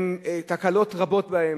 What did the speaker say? תקלות רבות יש בהם.